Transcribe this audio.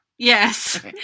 Yes